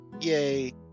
Yay